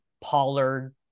Pollard